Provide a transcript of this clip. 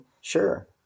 sure